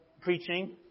preaching